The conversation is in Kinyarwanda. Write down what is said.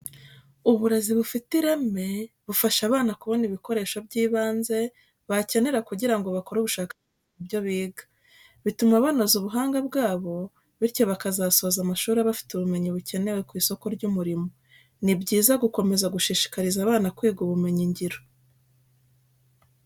Uburezi bufite ireme, bufasha abana kubona ibikoresho by'ibanze bakenera kugira ngo bakore ubushakashatsi mu byo biga. Bituma banoza ubuhanga bwabo, bityo bakazasoza amashuri bafite ubumenyi bukenewe ku isoko ry'umurimo. Ni byiza gukomeza gushishikariza abana kwiga ubumenyi ngiro.